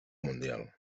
mundial